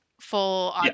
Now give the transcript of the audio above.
Full